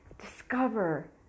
Discover